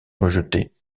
rejetée